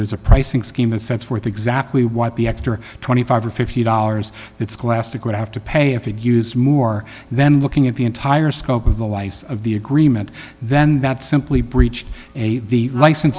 there's a pricing scheme that sets forth exactly what the extra twenty five dollars or fifty dollars that's classic would have to pay if you use more then looking at the entire scope of the life of the agreement then that simply breached the license